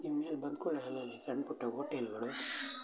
ನೀವು ಮೇಲೆ ಬಂದ್ಕೂಡ್ಲೆ ಅಲ್ಲಲ್ಲೆ ಸಣ್ಣಪುಟ್ಟ ಹೋಟೆಲುಗಳು